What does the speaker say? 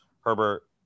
Herbert